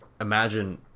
imagine